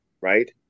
right